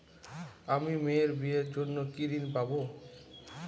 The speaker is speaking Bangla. আমি মেয়ের বিয়ের জন্য কি ঋণ পাবো?